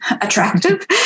attractive